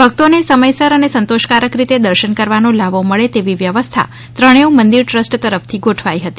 ભક્તો ને સમયસર અને સંતોષ કારક રીતે દર્શન કરવાનો લહાવો મળે તેવી વ્યવ્સ્થા ત્રણેય મંદિર ટ્રસ્ટ તરફ થી ગોઠવાઈ હતી